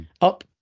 up